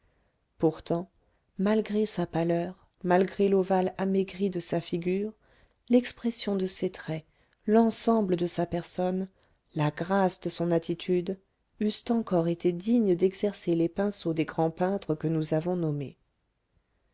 pourtant malgré sa pâleur malgré l'ovale amaigri de sa figure l'expression de ses traits l'ensemble de sa personne la grâce de son attitude eussent encore été dignes d'exercer les pinceaux des grands peintres que nous avons nommés